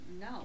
No